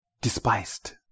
despised